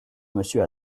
monsieur